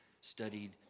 studied